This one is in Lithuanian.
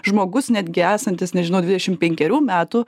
žmogus netgi esantis nežinau dvidešim penkerių metų